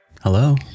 Hello